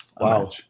Wow